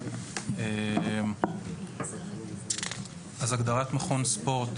1. (4)ההגדרות "מכון ספורט"